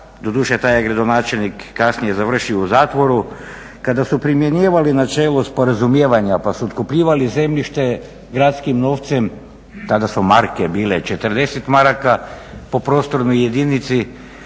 doduše taj je gradonačelnik kasnije završio u zatvoru, kada su primjenjivali načelo sporazumijevanja pa su otkupljivali zemljište gradskim novcem, tada su marke bile, 40 maraka po prostornoj jedinici,